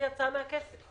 זה יצא מהכסף.